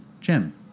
jim